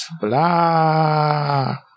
blah